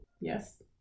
Yes